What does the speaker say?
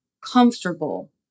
comfortable